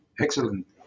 Excellent